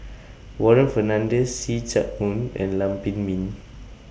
Warren Fernandez See Chak Mun and Lam Pin Min